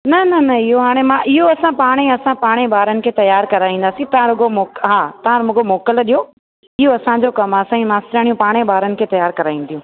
न न न इहो हाणे मां इहो असां पाण ई असां पाण ई ॿारनि खे तयार कराईंदासीं तव्हां रु हा तव्हां रुगो मोकिल ॾियो इहो असांजो कम आहे असांजी मास्टरानियूं पाण ई ॿारनि खे तयार कराईंदियूं